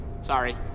Sorry